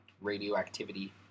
radioactivity